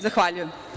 Zahvaljujem.